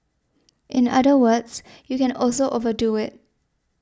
in other words you can also overdo it